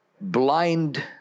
blind